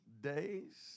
days